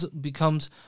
becomes